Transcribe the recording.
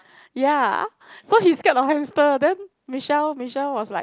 ya so he scared of hamster then Michelle Michelle was like